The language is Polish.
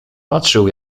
patrzył